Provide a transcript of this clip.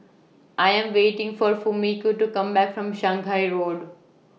I Am waiting For Fumiko to Come Back from Shanghai Road